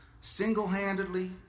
single-handedly